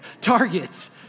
Targets